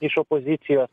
iš opozicijos